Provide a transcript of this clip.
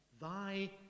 Thy